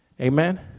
Amen